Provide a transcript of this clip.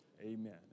Amen